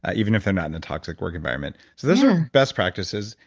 ah even if they're not in a toxic work environment. so those are best practices,